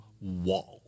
wall